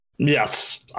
Yes